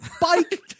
bike